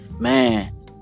man